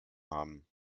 haben